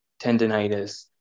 tendonitis